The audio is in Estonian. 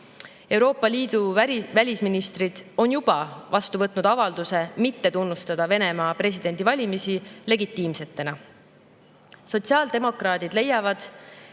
kohta. Euroopa Liidu välisministrid on juba vastu võtnud avalduse mitte tunnustada Venemaa presidendivalimisi legitiimsetena. Sotsiaaldemokraadid leiavad,